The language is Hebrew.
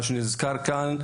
כפי שהוזכר כאן,